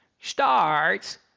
starts